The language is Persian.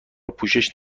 پوشش